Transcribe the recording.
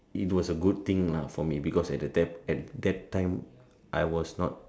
it was a good thing lah for me because at that at that time I was not